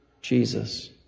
Jesus